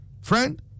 Friend